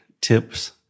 tips